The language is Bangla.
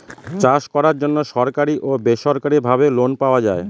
চাষ করার জন্য সরকারি ও বেসরকারি ভাবে লোন পাওয়া যায়